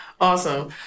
Awesome